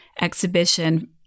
exhibition